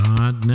God